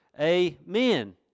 Amen